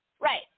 Right